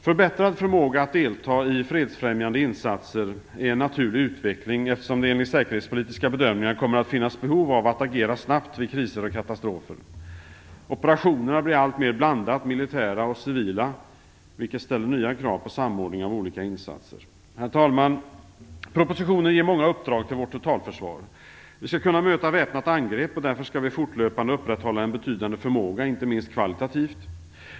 Förbättrad förmåga att delta i fredsfrämjande insatser är en naturlig utveckling, eftersom det enligt säkerhetspolitiska bedömningar kommer att finnas behov av att agera snabbt vid kriser och katastrofer. Operationerna blir alltmer blandat militära och civila, vilket ställer nya krav på samordning av olika insatser. Herr talman! I propositionen ges många uppdrag till vårt totalförsvar. Vi skall kunna möta väpnat angrepp, och därför skall vi fortlöpande upprätthålla en betydande förmåga, inte minst kvalitativt.